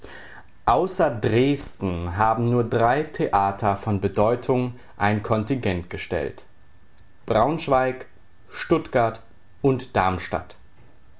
außer dresden haben nur drei theater von bedeutung ein kontingent gestellt braunschweig stuttgart und darmstadt